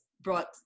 brought